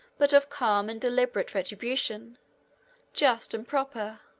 but of calm and deliberate retribution just and proper,